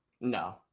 No